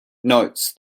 notes